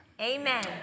Amen